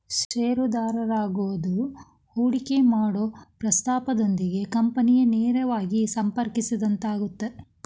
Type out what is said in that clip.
ಷೇರುದಾರರಾಗೋದು ಹೂಡಿಕಿ ಮಾಡೊ ಪ್ರಸ್ತಾಪದೊಂದಿಗೆ ಕಂಪನಿನ ನೇರವಾಗಿ ಸಂಪರ್ಕಿಸಿದಂಗಾಗತ್ತ